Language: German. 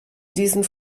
diesen